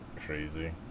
Crazy